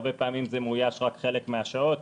הרבה פעמים זה מאויש רק חלק מהשעות,